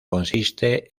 consiste